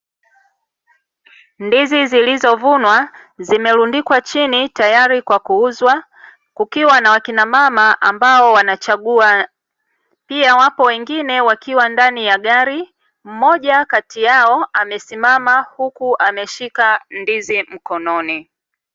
Ndizi zilizo vunwa, zimelundikwa chini tayari kwa kuuzwa. Kukiwa na wakina mama ambao wanachagua, pia wapo wengine wakiwa ndani ya gari, mmoja kati yao amesimama huku ameshika ndizi mkononi.